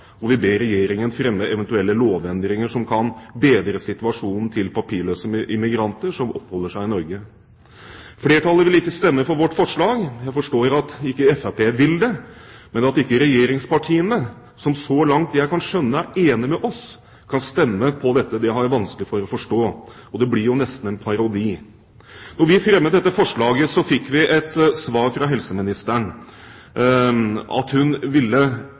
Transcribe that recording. og vi ber Regjeringen fremme «eventuelle lovendringer som kan bedre situasjonen til papirløse migranter som oppholder seg i Norge». Flertallet vil ikke stemme for vårt forslag. Jeg forstår at ikke Fremskrittspartiet vil det, men at ikke regjeringspartiene, som så langt jeg kan skjønne, er enig med oss, kan stemme for dette, har jeg vanskelig for å forstå. Det blir jo nesten en parodi. Da vi fremmet dette forslaget, fikk vi et svar fra helseministeren om at hun ville